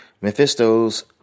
Mephisto's